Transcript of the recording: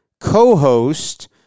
co-host